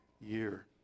year